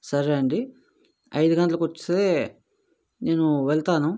సరే అండి ఐదు గంటలకి వచ్చేస్తే నేను వెళ్తాను